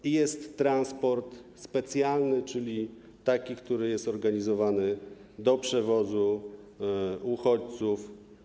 I jest transport specjalny, czyli taki, który jest organizowany do przewozu uchodźców.